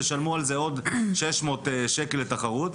תשלמו על זה עוד 600 שקל לתחרות,